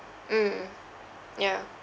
mm yeah